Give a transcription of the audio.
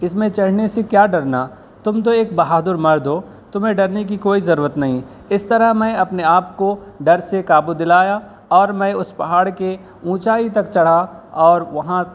اس میں چڑھنے سے کیا ڈرنا تم تو ایک بہادر مرد ہو تمہیں ڈرنے کی کوئی ضرورت نہیں اس طرح میں اپنے آپ کو ڈر سے قابو دلایا اور میں اس پہاڑ کے اونچائی تک چڑھا اور وہاں